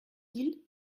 ils